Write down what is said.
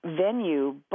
venue